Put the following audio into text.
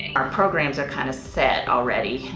our programs are kind of set already.